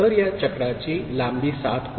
तर या चक्राची लांबी 7 होते